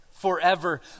Forever